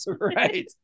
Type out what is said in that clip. right